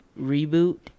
reboot